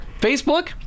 Facebook